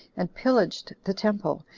and pillaged the temple,